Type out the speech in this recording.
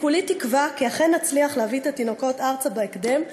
אני כולי תקווה כי אכן נצליח להביא את התינוקות ארצה בהקדם,